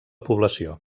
població